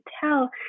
tell